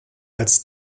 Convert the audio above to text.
als